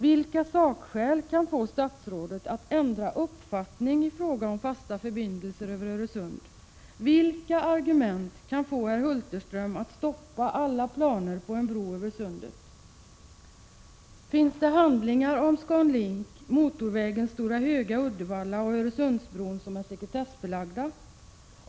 Vilka sakskäl kan få statsrådet att ändra uppfattning i frågan om fasta förbindelser över Öresund? Vilka argument kan få herr Hulterström att stoppa alla planer på en bro över Öresund? Finns det handlingar om ScanLink, motorvägen Stora Höga-Uddevalla och Öresundsbron som är sekretessbelagda?